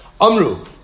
Amru